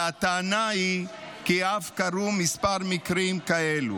והטענה היא כי אף קרו כמה מקרים כאלו.